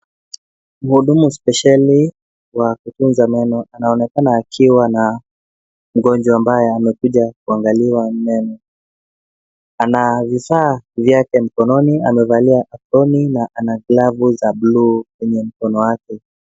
Mhudumu spesheli wa kutunza meno anaonekana akiwa na mgonjwa ambaye amekuja kuangaliwa meno. Ana vifaa vyake mkononi. Amevalia aproni na ana glovu za buluu kwenye mkono wake.